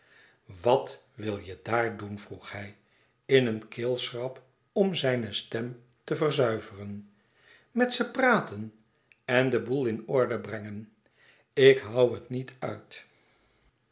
wat wil je daar doen vroeg hij in een keelschrap om zijne stem te verzuiveren met ze praten en den boêl in orde brengen ik hoû het niet uit